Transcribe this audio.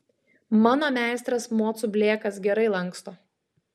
mano meistras mocų blėkas gerai lanksto